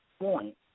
point